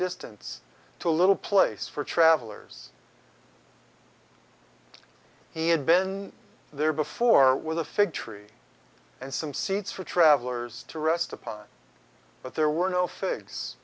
distance to a little place for travellers he had been there before with a fig tree and some seeds for travellers to rest upon but there were no fi